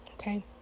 okay